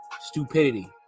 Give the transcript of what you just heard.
Stupidity